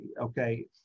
Okay